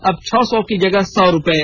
अब छह सौ की जगह सौ रूपये